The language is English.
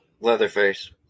Leatherface